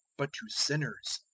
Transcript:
but to sinners.